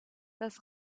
das